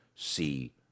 see